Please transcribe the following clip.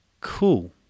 Cool